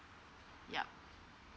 yup